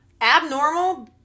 abnormal